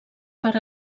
per